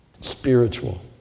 spiritual